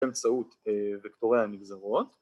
‫באמצעות וקטורי הנגזרות.